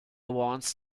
wants